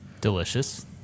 Delicious